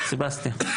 סבסטיה.